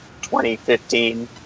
2015